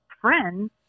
friends